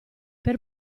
per